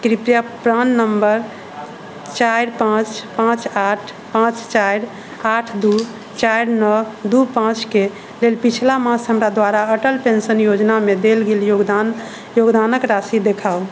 कृपया प्राण नम्बर चारि पांँच पांँच आठ पांँच चारि आठ दू चारि नओ दू पांँच के लेल पिछला मास हमरा द्वारा अटल पेंशन योजनामे देल गेल योगदानके राशि देखाउ